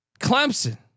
Clemson